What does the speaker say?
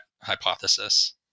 hypothesis